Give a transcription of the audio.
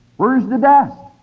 where is the dust?